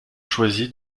choisi